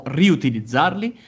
riutilizzarli